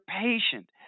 patient